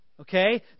Okay